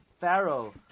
Pharaoh